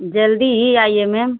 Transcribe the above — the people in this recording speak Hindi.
जल्दी ही आइए मैम